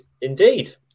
indeed